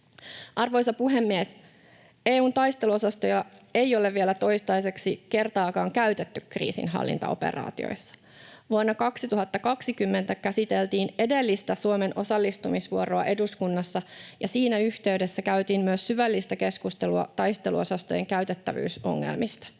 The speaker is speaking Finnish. Arvoisa puhemies! EU:n taisteluosastoja ei ole vielä toistaiseksi kertaakaan käytetty kriisinhallintaoperaatioissa. Vuonna 2020 käsiteltiin edellistä Suomen osallistumisvuoroa eduskunnassa ja siinä yhteydessä käytiin myös syvällistä keskustelua taisteluosastojen käytettävyysongelmista.